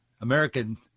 American